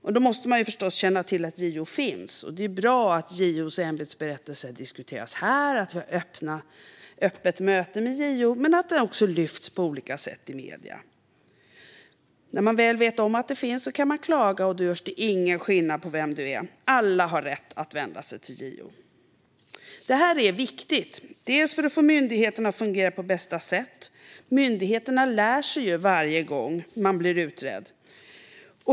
Man måste förstås känna till att JO finns, och därför är det bra att JO:s ämbetsberättelse diskuteras här, att vi har öppna möten med JO och att det också lyfts fram på olika sätt i medierna. När man väl vet att JO finns kan man klaga. Det görs ingen skillnad på vem man är - alla har rätt att vända sig till JO. Detta är viktigt för att få myndigheterna att fungera på bästa sätt. Myndigheterna lär sig ju varje gång de blir utredda.